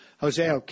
Jose